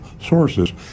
sources